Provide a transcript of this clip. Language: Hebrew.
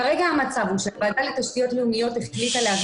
כרגע המצב הוא שהוועדה לתשתיות לאומיות החליטה להעביר